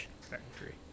factory